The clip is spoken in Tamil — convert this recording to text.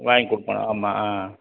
வாங்கி கொடுத்தா ஆமாம் ஆ